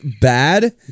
bad